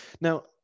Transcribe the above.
Now